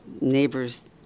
neighbor's